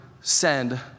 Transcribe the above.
send